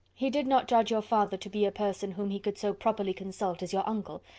he did not judge your father to be a person whom he could so properly consult as your uncle,